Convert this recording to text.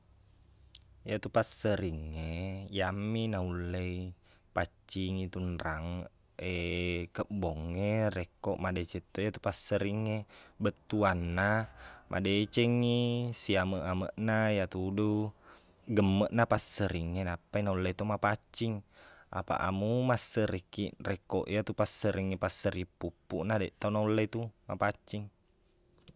Iyatu passerring e, iyammi naulle i paccingi tu onrang kebbong e, rekko madeceng to tu passerring e. Bettuanna, madecengngi siameq-ameqna iyatudu gemmeqna passeringnge nappai nulle to mapaccing. Apaq amo masserrikkiq, rekko iyetu passerring e passerring puppuqna, deq to naulle tu mapaccing.